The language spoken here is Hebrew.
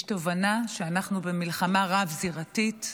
יש תובנה שאנחנו במלחמה רב-זירתית,